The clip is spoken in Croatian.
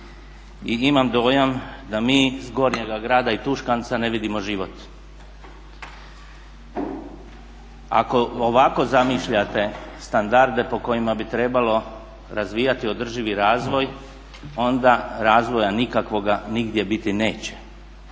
Imam dojam da mi s Gornjeg grada i Tuškanca ne vidimo život. Ako ovako zamišljate standarde po kojima bi trebalo razvijati održivi razvoj onda razvoja nikakvoga nigdje biti neće.